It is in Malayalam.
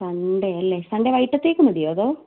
സൺഡേ അല്ലേ സൺഡേ വൈകിട്ടത്തേക്ക് മതിയോ അതോ